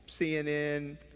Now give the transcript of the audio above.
CNN